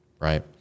right